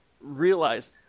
realize